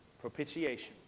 Propitiation